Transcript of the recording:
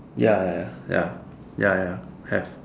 ya ya ya ya ya ya have